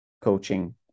coaching